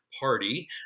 party